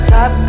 Top